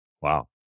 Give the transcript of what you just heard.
Wow